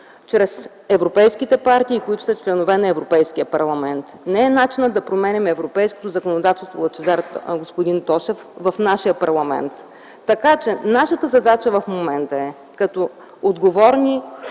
чрез европейските партии, които са членове на Европейския парламент. Не е начинът да променяме европейското законодателство, господин Тошев, в нашия парламент. Нашата задача в момента е като отговорни